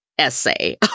essay